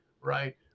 right